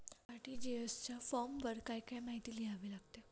RTGS च्या फॉर्मवर काय काय माहिती लिहावी लागते?